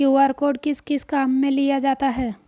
QR code किस किस काम में लिया जाता है?